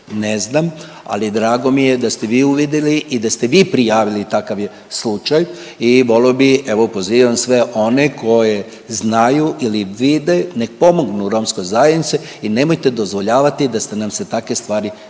ne znam, ali drago mi je da ste vi uvidili i da ste vi prijavili takav slučaj i volio bi, evo pozivam sve one koji znaju ili vide nek pomognu romskoj zajednici i nemojte dozvoljavati da nam se takve stvari dešavaju.